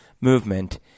movement